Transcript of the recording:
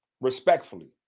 respectfully